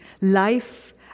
Life